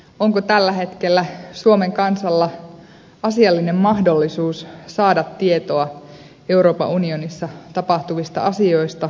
onko tällä hetkellä suomen kansalla asiallinen mahdollisuus saada tietoa euroopan unionissa tapahtuvista asioista